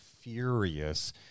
furious